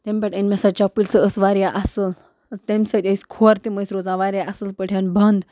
تَمہِ پٮ۪ٹھ أنۍ مےٚ سۄ چَپٕلۍ سَہ ٲسۍ وارِیاہ اَصٕل تمہِ سۭتۍ ٲسۍ کھۄر تِم ٲسۍ روزان وارِیاہ اَصٕل پٲٹھۍ بنٛد